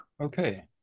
okay